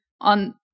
On